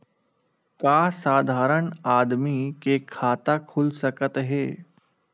का साधारण आदमी के खाता खुल सकत हे?